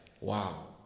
wow